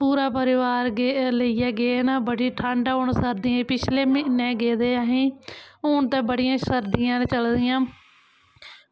पूरा परिवार लेईयै गे न बड़ी ठंड ऐ हून पिछलै म्हीनैं गेदे हे अस हून ते बड़ियां सर्दियां न चला दियां